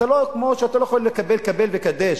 כמו שאתה לא יכול לקבל "ראה וקדש",